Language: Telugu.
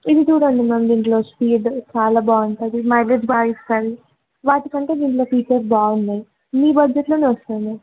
ఇది చూడండి మ్యామ్ దీంట్లో స్పీడ్ చాలా బాగుంటుంది మైలేజ్ బాగా ఇస్తుంది వాటికంటే దీంట్లో ఫీచర్స్ బాగున్నాయి మీ బడ్జెట్లోనే వస్తుంది